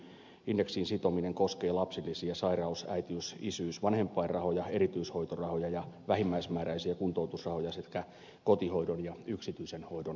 indeksiin sitominen koskee lapsilisiä sairaus äitiys isyys vanhempainrahoja erityishoitorahoja ja vähimmäismääräisiä kuntoutusrahoja sekä kotihoidon ja yksityisen hoidon tukea